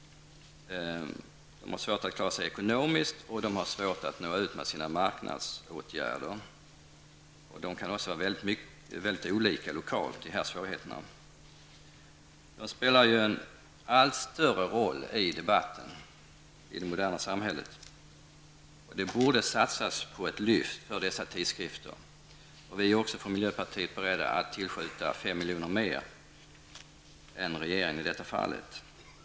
De har svårt att klara sig ekonomiskt, och de har svårt att nå ut med sina marknadsföringsåtgärder. Dessa svårigheter kan också vara mycket olika lokalt. Dessa tidskrifter spelar en allt större roll i debatten i det moderna samhället, och det borde satsas på ett lyft för dessa tidskrifter. Också från miljöpartiet är vi beredda att tillskjuta 5 milj.kr. mer än regeringen.